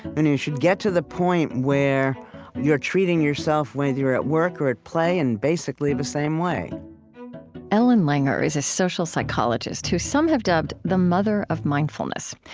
and you should get to the point where you're treating yourself, whether you're at work or at play, in basically the same way ellen langer is a social psychologist who some have dubbed the mother of mindfulness.